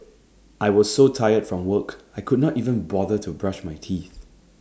I was so tired from work I could not even bother to brush my teeth